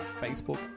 Facebook